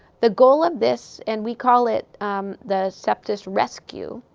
the goal of this and we call it the sepsis rescu